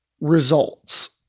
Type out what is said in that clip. results